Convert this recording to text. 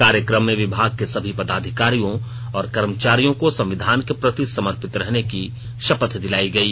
कार्यक्रम में विभाग के सभी पदाधिकारियों और कर्मचारियों को संविधान के प्रति समर्पित रहने की शपथ दिलायी गयी